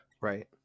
Right